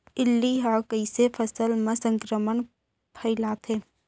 इल्ली ह कइसे फसल म संक्रमण फइलाथे?